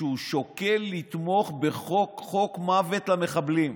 שמר ליברמן שוקל לתמוך בחוק מוות למחבלים.